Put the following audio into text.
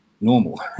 normal